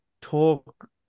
talk